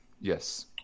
yes